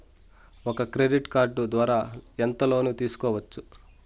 ఒక credit card ద్వారా ఎంత లోను తీసుకోవచ్చు?